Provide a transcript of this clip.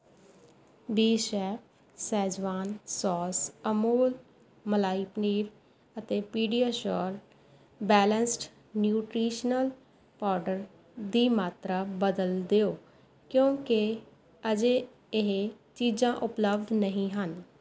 Bechef schezwan sauce Amul malai paneer ਅਤੇ PediaSure balanced nutritional powder ਦੀ ਮਾਤਰਾ ਬਦਲ ਦਿਓ ਕਿਉਂਕਿ ਅਜੇ ਇਹ ਚੀਜ਼ਾਂ ਉਪਲਬਧ ਨਹੀਂ ਹਨ